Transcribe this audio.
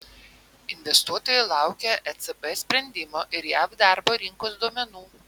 investuotojai laukia ecb sprendimo ir jav darbo rinkos duomenų